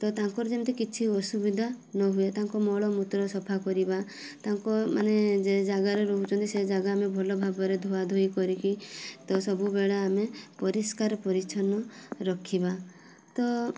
ତ ତାଙ୍କର ଯେମିତି କିଛି ଅସୁବିଧା ନହୁଏ ତାଙ୍କ ମଳମୂତ୍ର ସଫା କରିବା ତାଙ୍କ ମାନେ ଯେ ଜାଗାରେ ରହୁଛନ୍ତି ସେ ଜାଗା ଆମେ ଭଲ ଭାବରେ ଧୁଆଧୁଇ କରିକି ତ ସବୁବେଳେ ଆମେ ପରିଷ୍କାର ପରିଚ୍ଛନ ରଖିବା ତ